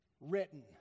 written